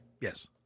Yes